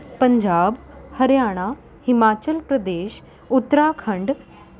Punjab Haryana Himachal Pradesh Uttarakhand